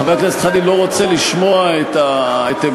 חבר הכנסת חנין לא רוצה לשמוע את המשך,